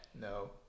No